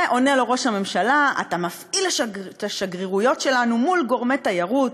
ועונה לו ראש הממשלה: אתה מפעיל את השגרירויות שלנו מול גורמי תיירות,